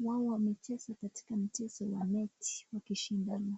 wao wamecheza katika mchezo wa mechi wakishindana.